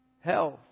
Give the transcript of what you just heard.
Health